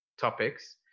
topics